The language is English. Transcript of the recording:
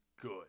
good